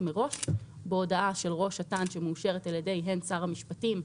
מראש בהודעה של ראש את"ן שמאושרת הן על ידי שר המשפטים,